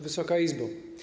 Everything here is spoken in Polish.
Wysoka Izbo!